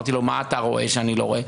שאלתי אותו: מה אתה רואה שאני לא רואה?